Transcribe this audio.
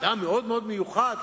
אדם מאוד-מאוד מיוחד,